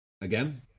again